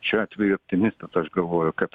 šiuo atveju optimistas aš galvoju kad